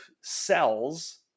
cells